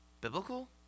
biblical